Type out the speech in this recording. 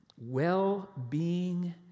well-being